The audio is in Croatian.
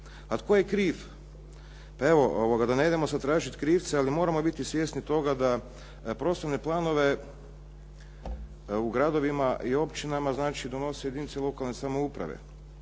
A tko je kriv? Pa evo, da ne idemo sad tražiti krivca, ali moramo biti svjesni toga da prostorne planove u gradovima i općinama znači donose jedinice lokalne samouprave.